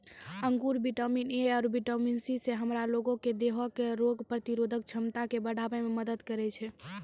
अंगूर vitamin A आरु C से हमरा लोगो के देहो के रोग प्रतिरोधक क्षमता के बढ़ाबै मे मदत करै छै